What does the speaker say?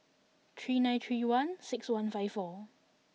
three nine three one six one five four